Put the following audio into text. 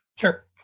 Sure